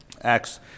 Acts